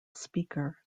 speaker